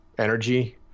energy